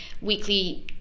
weekly